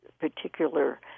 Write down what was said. particular